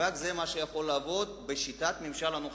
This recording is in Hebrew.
רק זה מה שיכול לעבוד בשיטת הממשל הנוכחית.